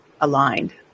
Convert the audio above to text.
aligned